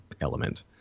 element